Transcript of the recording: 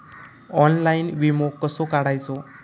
Online विमो कसो काढायचो?